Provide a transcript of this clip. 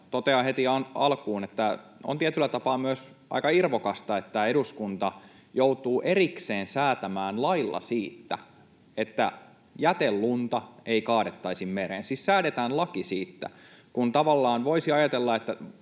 Totean heti alkuun, että on tietyllä tapaa myös aika irvokasta, että eduskunta joutuu erikseen säätämään lailla siitä, että jätelunta ei kaadettaisi mereen, siis säädetään laki siitä. Tavallaan voisi ajatella —